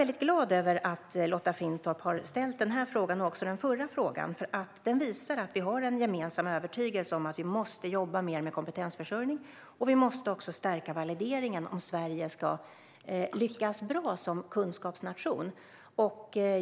Jag är glad över att Lotta Finstorp har ställt den här frågan och även den förra frågan, för det visar att vi har en gemensam övertygelse om att vi måste jobba mer med kompetensförsörjning och med att stärka valideringen om Sverige ska lyckas bra som kunskapsnation.